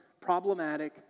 problematic